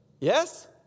Yes